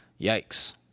yikes